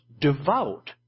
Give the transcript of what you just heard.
devout